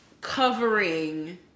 covering